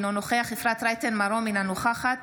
אינו נוכח אפרת רייטן מרום, אינה נוכחת